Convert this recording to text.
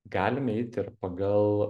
galim eiti ir pagal